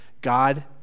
God